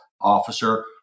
Officer